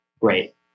great